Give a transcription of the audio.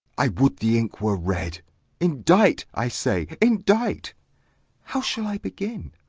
i would the ink were red indite, i say, indite how shall i begin?